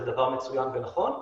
שזה דבר מצוין ונכון,